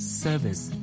service